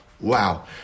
wow